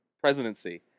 presidency